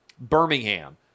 Birmingham